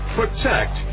protect